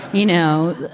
you know,